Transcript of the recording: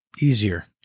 easier